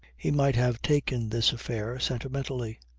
he might have taken this affair sentimentally.